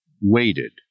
waited